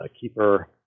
keeper